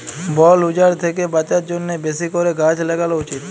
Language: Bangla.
বল উজাড় থ্যাকে বাঁচার জ্যনহে বেশি ক্যরে গাহাচ ল্যাগালো উচিত